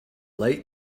late